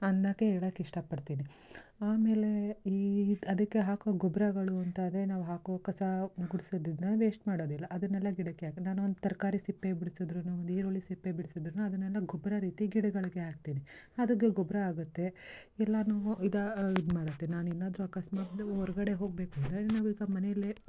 ಅನ್ನಕ್ಕೆ ಹೇಳೋಕೆ ಇಷ್ಟ ಪಡ್ತೀನಿ ಆಮೇಲೆ ಈ ಅದಕ್ಕೆ ಹಾಕೊ ಗೊಬ್ಬರಗಳು ಅಂತಾರೆ ನಾವು ಹಾಕೋ ಕಸ ಗುಡಿಸೋದನ್ನ ವೇಸ್ಟ್ ಮಾಡೋದಿಲ್ಲ ಅದನ್ನೆಲ್ಲ ಗಿಡಕ್ಕೆ ಹಾಕಿ ನಾನು ಒಂದು ತರಕಾರಿ ಸಿಪ್ಪೆ ಬಿಡಿಸಿದ್ರುನು ಒಂದು ಈರುಳ್ಳಿ ಸಿಪ್ಪೆ ಬಿಡಿಸಿದ್ರುನು ಅದು ನಾನು ಗೊಬ್ಬರ ರೀತಿ ಗಿಡಗಳಿಗೆ ಹಾಕ್ತೀನಿ ಅದು ಗೊಬ್ಬರ ಆಗುತ್ತೆ ಎಲ್ಲನೂ ಇದಾ ಇದು ಮಾಡುತ್ತೆ ನಾನೇನಾದರು ಅಕಸ್ಮಾತ್ ಹೊರ್ಗಡೆ ಹೋಗಬೇಕು ಅಂದರೆ ಇವಾಗ ಮನೆಯಲ್ಲೇ